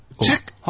Check